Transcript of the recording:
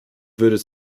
würde